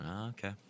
Okay